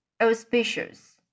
auspicious